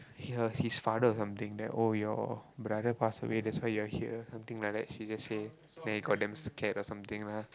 her his father or something then oh your brother pass away that's why you are here something like that she just say then he got damn scared or something lah